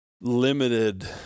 limited